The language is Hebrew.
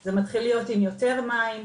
זה מתחיל להיות עם יותר מים,